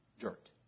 dirt